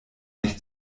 nicht